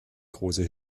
große